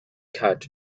cut